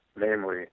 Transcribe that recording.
namely